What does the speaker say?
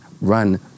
run